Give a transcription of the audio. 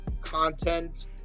content